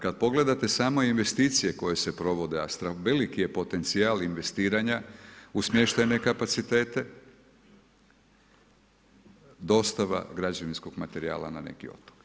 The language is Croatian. Kad pogledate samo investicije koje se provode a veliki je potencijal investiranja u smještajne kapacitete, dosta građevinskog materijala na neki otok.